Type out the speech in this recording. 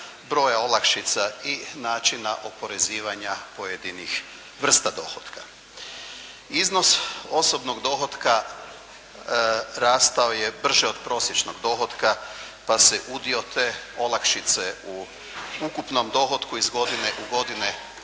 broja olakšica i načina oporezivanja pojedinih vrsta dohotka. Iznos osobnog dohotka rastao je brže od prosječnog dohotka, pa se udio te olakšice u ukupnom dohotku iz godine u godinu